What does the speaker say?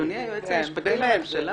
אדוני היועץ המשפטי לממשלה?